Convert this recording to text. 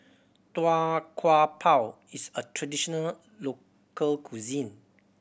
Tau Kwa Pau is a traditional local cuisine